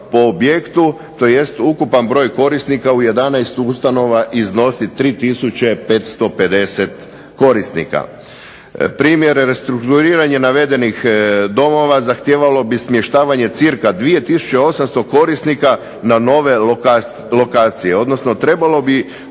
po objektu tj. ukupan broj korisnika u 11 ustanova iznosi 3 550 korisnika. Primjer, restrukturiranje navedenih domova zahtijevalo bi smještavanje cca 2 800 korisnika na nove lokacije, odnosno trebalo bi